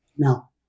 Now